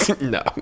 No